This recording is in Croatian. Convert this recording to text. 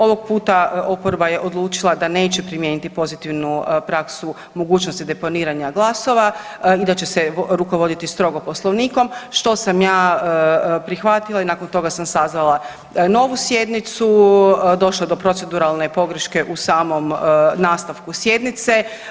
Ovog puta oporba je odlučila da neće primijeniti pozitivnu praksu mogućnosti deponiranja glasova i da će se rukovoditi strogo Poslovnikom, što sam ja prihvatila i nakon toga sam sazvala novu sjednicu, došlo je do proceduralne pogreške u samom nastavku sjednice.